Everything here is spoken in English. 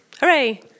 Hooray